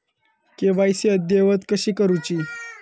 KYC अद्ययावत कशी करुची?